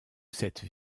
cette